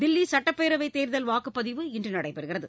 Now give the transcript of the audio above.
தில்லி சட்டப்பேரவை தேர்தல் வாக்குப்பதிவு இன்று நடைபெறுகிறது